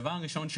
דבר אשון,